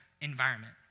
environment